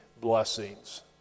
blessings